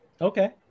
Okay